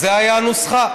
זו הייתה הנוסחה.